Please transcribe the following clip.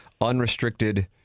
unrestricted